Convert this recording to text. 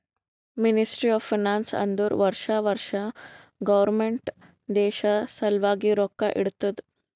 ministry of finance ಅಂದುರ್ ವರ್ಷಾ ವರ್ಷಾ ಗೌರ್ಮೆಂಟ್ ದೇಶ ಸಲ್ವಾಗಿ ರೊಕ್ಕಾ ಇಡ್ತುದ